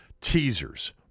teasers